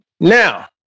now